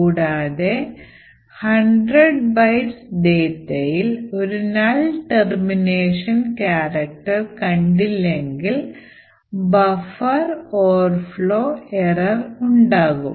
കൂടാതെ 100 bytes data യിൽ ഒരു null termination character കണ്ടില്ലെങ്കിൽ ബഫർ overflow error ഉണ്ടാകും